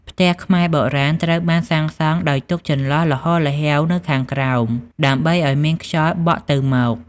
ផ្ទះខ្មែរបុរាណត្រូវបានសាង់សង់ដោយទុកចន្លោះល្ហល្ហេវនៅខាងក្រោម ដើម្បីឱ្យមានខ្យល់បក់ទៅមក។